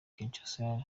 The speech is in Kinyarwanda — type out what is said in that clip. kinshasa